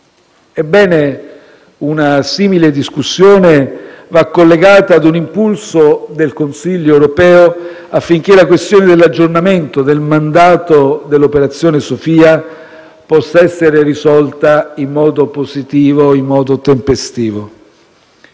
Ebbene, una simile discussione va collegata a un impulso del Consiglio europeo affinché la questione dell'aggiornamento del mandato dell'operazione Sophia possa essere risolta in modo positivo e tempestivo.